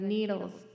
Needles